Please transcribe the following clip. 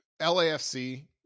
LAFC